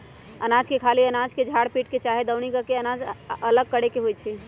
अनाज के खाली अनाज के झार पीट के चाहे दउनी क के अनाज अलग करे के होइ छइ